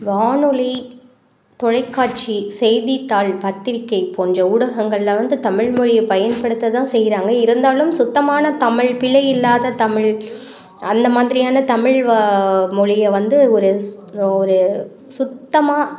வானொலி தொலைக்காட்சி செய்தித்தாள் பத்திரிகை போன்ற ஊடகங்கள்ல வந்து தமிழ்மொழியை பயன்படுத்த தான் செய்கிறாங்க இருந்தாலும் சுத்தமான தமிழ் பிழை இல்லாத தமிழ் அந்த மாதிரியான தமிழ் வ மொழியை வந்து ஒரு ஸ் ஒரு சுத்தமாக